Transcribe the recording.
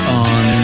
on